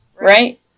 right